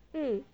mm